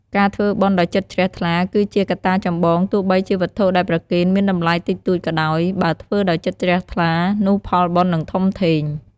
ការធ្វើបុណ្យដោយចិត្តជ្រះថ្លា គឺជាកត្តាចម្បងទោះបីជាវត្ថុដែលប្រគេនមានតម្លៃតិចតួចក៏ដោយ បើធ្វើដោយចិត្តជ្រះថ្លា នោះផលបុណ្យនឹងធំធេង។